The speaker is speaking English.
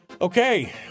Okay